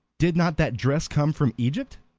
did not that dress come from egypt?